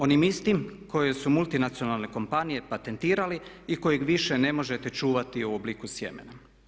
Onim istim koje su multinacionalne kompanije patentirali i kojeg više ne možete čuvati u obliku sjemena.